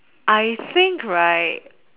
I think right